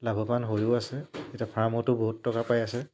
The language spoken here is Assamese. লাভৱান হৈও আছে এতিয়া ফাৰ্মতো বহুত টকা পাই আছে